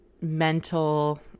mental